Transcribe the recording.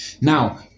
now